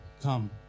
come